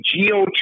geo